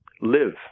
live